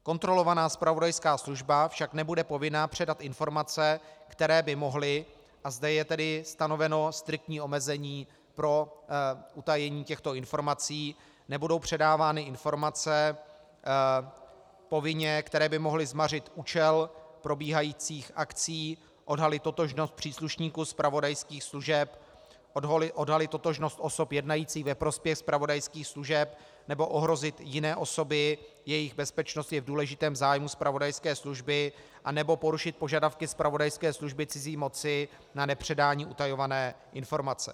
Kontrolovaná zpravodajská služba však nebude povinna předat informace, které by mohly a zde je tedy stanoveno striktní omezení pro utajení těchto informací, nebudou předávány informace povinně, které by mohly zmařit účel probíhajících akcí, odhalit totožnost příslušníků zpravodajských služeb, odhalit totožnost osob jednajících ve prospěch zpravodajských služeb nebo ohrozit jiné osoby, jejichž bezpečnost je v důležitém zájmu zpravodajské služby, anebo porušit požadavky zpravodajské služby cizí moci na nepředání utajované informace.